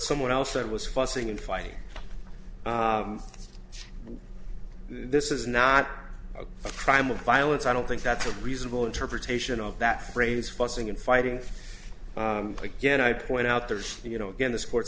someone else said was fussing and fighting this is not a crime of violence i don't think that's a reasonable interpretation of that phrase fussing and fighting again i point out there's you know again the sports